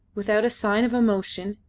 without a sign of emotion,